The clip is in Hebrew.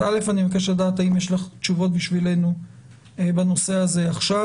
אז א' אני מבקש לדעת האם יש לך תשובות בשבילנו בנושא הזה עכשיו